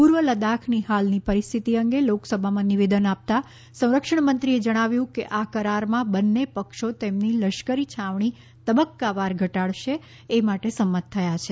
પૂર્વ લદ્દાખની હાલની પરિસ્થિતિ અંગે લોકસભામાં નિવેદન આપતાં સંરક્ષણમંત્રીએ જણાવ્યું કે આ કરારમાં બંને પક્ષો તેમની લશ્કરી છાવણી તબક્કાવાર ઘટાડશે એ માટે સંમત થયા છે